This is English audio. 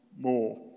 More